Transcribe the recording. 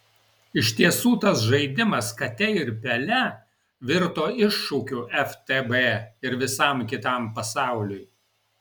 iš tiesų tas žaidimas kate ir pele virto iššūkiu ftb ir visam kitam pasauliui